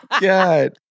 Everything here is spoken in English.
God